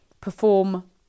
perform